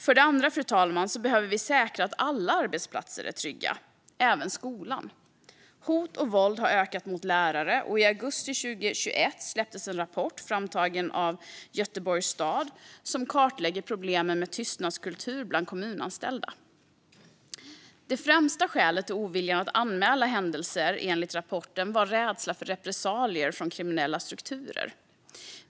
För det andra behöver vi säkra att alla arbetsplatser är trygga, även skolan. Hot och våld har ökat mot lärare. I augusti 2021 släpptes en rapport, framtagen av Göteborgs stad, som kartlägger problemen med tystnadskultur bland kommunanställda. Det främsta skälet till oviljan att anmäla händelser är enligt rapporten rädsla för repressalier från kriminella strukturer.